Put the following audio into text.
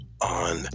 on